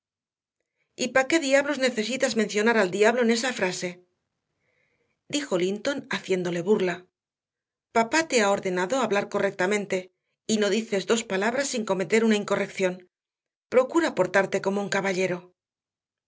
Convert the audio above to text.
pa qué diablos necesitas mencionar al diablo en esa frase dijo linton haciéndole burla papá te ha ordenado hablar correctamente y no dices dos palabras sin cometer una incorrección procura portarte como un caballero